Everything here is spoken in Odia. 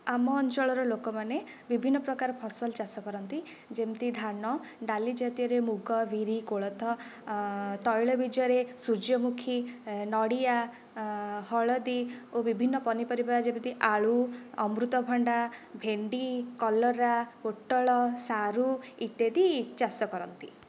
ଆମ ଅଞ୍ଚଳର ଲୋକମାନେ ବିଭିନ୍ନ ପ୍ରକାରର ଫସଲ ଚାଷ କରନ୍ତି ଯେମିତି ଧାନ ଡାଲି ଜାତୀୟରେ ମୁଗ ବିରି କୋଳଥ ତୈଳବିଜରେ ସୂର୍ଯ୍ୟମୁଖୀ ନଡ଼ିଆ ହଳଦୀ ଓ ବିଭିନ୍ନ ପନିପରିବା ଯେମିତି ଆଳୁ ଅମୃତଭଣ୍ଡା ଭେଣ୍ଡି କଲରା ପୋଟଳ ସାରୁ ଇତ୍ୟାଦି ଚାଷ କରନ୍ତି